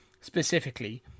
specifically